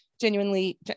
genuinely